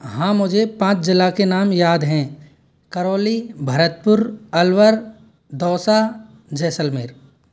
हाँ मुझे पाँच ज़िला के नाम याद हैं करौली भरतपुर अलवर दौसा जैसलमेर